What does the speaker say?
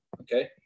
okay